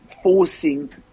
forcing